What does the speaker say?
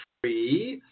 free